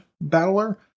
battler